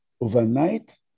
Overnight